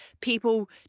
people